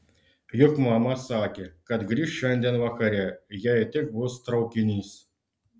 juk mama sakė kad grįš šiandien vakare jei tik bus traukinys